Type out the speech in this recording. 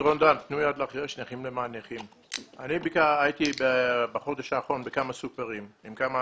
בחודש האחרון הייתי בכמה סופרים עם כמה